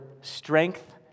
strength